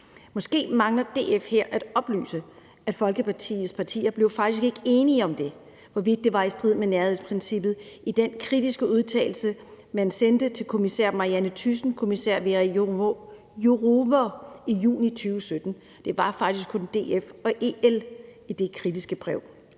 Måske mangler DF her at oplyse, at Folketingets partier faktisk ikke blev enige om, hvorvidt det var i strid med nærhedsprincippet, i den kritiske udtalelse, man sendte til kommissær Marianne Thyssen og kommissær Věra Jourová i juni 2017. Det var faktisk kun DF og EL, der udtalte det